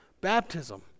baptism